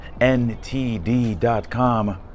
NTD.com